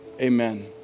amen